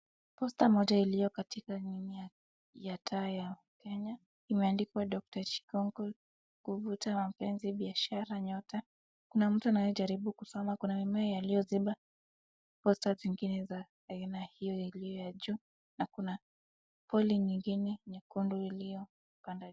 Posta moja iliyo katika mbele ya taa ya Kenya imeandikwa doctor shikungu huvuta mapenzi biashara nyota kuna mtu anayejaribu kusoma kuna mimea yaliyoziba posta zingine za ina hiyo iliyo ya juu na kuna poli nyingine nyekundu iliyo panda.